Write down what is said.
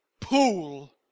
pool